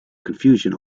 confusion